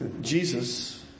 Jesus